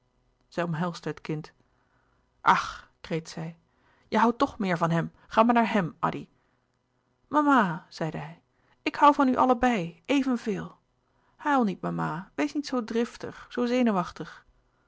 zij omhelsde het kind ach kreet zij je houdt toch meer van hem ga maar naar hem addy mama zeide hij ik hoû van u allebei even veel huil niet mama wees niet zoo driftig zoo zenuwachtig